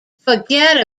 forget